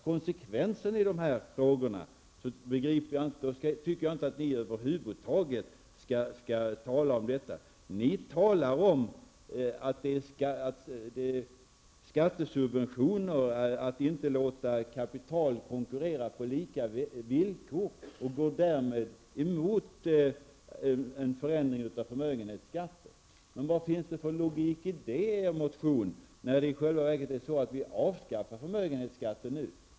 Konsekvensen i de här frågorna tycker jag inte att ni skall tala om över huvud taget. Ni talar om skattesubventioner och att inte låta kapital konkurrera på lika villkor. Därmed går ni emot en förändring av förmögenhetsbeskattningen. Vad finns det för logik i detta som ni anför i er motion, när vi i själva verket avskaffar förmögenhetsskatten nu?